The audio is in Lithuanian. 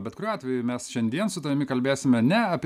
bet kuriuo atveju mes šiandien su tavimi kalbėsime ne apie